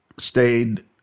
stayed